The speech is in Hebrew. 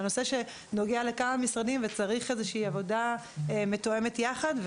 לנושא ששייך לכמה משרדים וצריך עבודה מתואמת יחד.